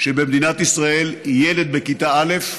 שבמדינת ישראל ילד בכיתה א'